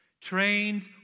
Trained